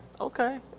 Okay